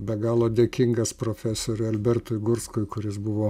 be galo dėkingas profesoriui albertui gurskui kuris buvo